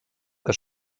que